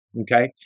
okay